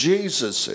Jesus